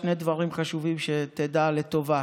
שני דברים חשובים, שתדע, לטובה: